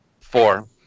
Four